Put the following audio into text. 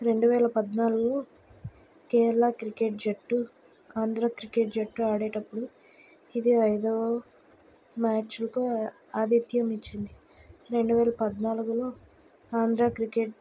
రెండువేల పద్నాలుగు కేరళ క్రికెట్ జట్టు ఆంధ్ర క్రికెట్ జట్టు ఆడేటప్పుడు ఇది ఐదో మ్యాచ్కు ఆధిత్యం ఇచ్చింది రెండువేల పద్నాలుగులో ఆంధ్ర క్రికెట్